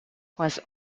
was